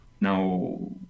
Now